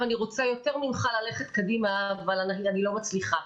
אני רוצה יותר ממך ללכת קדימה אבל אני לא מצליחה.